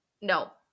no